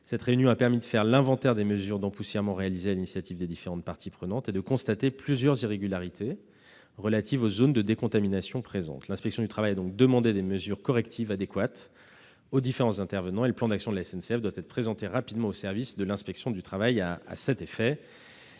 Cette réunion a permis de faire l'inventaire des mesures d'empoussièrement réalisées à l'initiative des différentes parties prenantes et de constater plusieurs irrégularités relatives aux zones de décontamination présentes. L'inspection du travail a donc demandé des mesures correctives adaptées aux différents intervenants. Le plan d'action de la SNCF doit être présenté rapidement au service de l'inspection du travail. Je suis